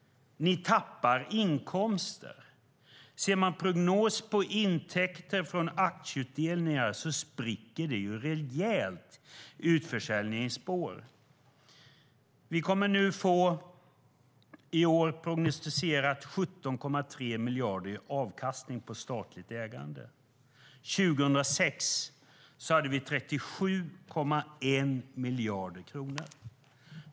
Ni tappar inkomster. I prognoser rörande intäkter från aktieutdelningar ser man att det spricker rejält i utförsäljningens spår. Vi kommer nu i år att få prognostiserat 17,3 miljarder i avkastning på statligt ägande. År 2006 hade vi 37,1 miljarder kronor.